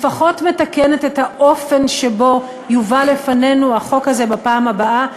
לפחות מתקנת את האופן שבו יובא לפנינו החוק הזה בפעם הבאה,